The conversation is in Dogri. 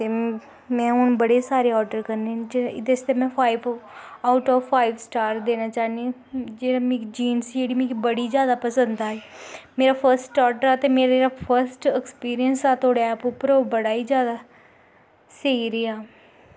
ते हून में बड़े सारे आर्डर करने ते एह्दे आस्तै में five out of five star देना चाह्नी ते जेह्ड़ी जीन्स मिगी बड़ी जादा पसंद आई ते मेरा फर्स्ट आर्डर हा ते मेरा जेह्ड़ा फर्स्ट एक्सपीरियंस ऐ तुआढ़े ऐप उप्पर ओह् बड़ा गै जादा स्हेई रेहा